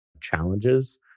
challenges